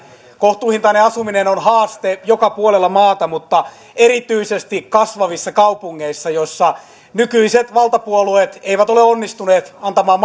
kohtuuhintainen asuminen on haaste joka puolella maata mutta erityisesti kasvavissa kaupungeissa joissa nykyiset valtapuolueet eivät ole onnistuneet antamaan